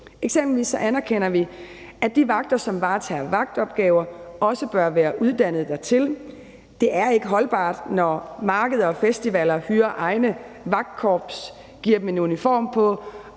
Eksempelvis anerkender vi, at de vagter, som varetager vagtopgaver, også bør være uddannet dertil. Det er ikke holdbart, når markeder og festivaler hyrer egne vagtkorps, giver dem en uniform på